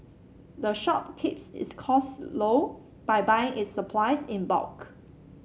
the shop keeps its cost low by buying its supplies in bulk